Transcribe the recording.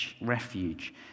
refuge